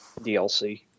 DLC